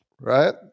right